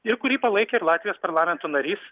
ir kurį palaikė ir latvijos parlamento narys